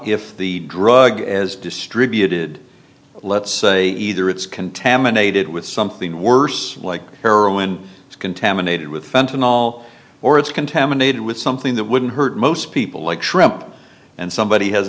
if the drug is distributed let's say either it's contaminated with something worse like heroin is contaminated with fenton all or it's contaminated with something that wouldn't hurt most people like shrimp and somebody has